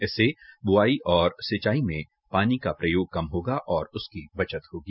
इससे बुवाई और सिंचाई में पानी का प्रयोग कम होगा और उसकी बचत होगी